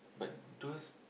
but those